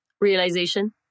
realization